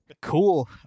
cool